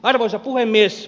arvoisa puhemies